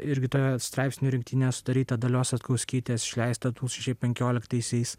irgi toje straipsnių rinktinė sudaryta dalios satkauskytės išleista du tūkstančiai penkioliktaisiais